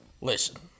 Listen